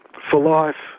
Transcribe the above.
for life?